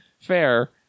fair